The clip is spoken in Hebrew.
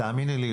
תאמיני לי,